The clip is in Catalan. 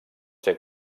ser